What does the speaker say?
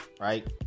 right